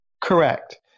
Correct